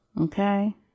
Okay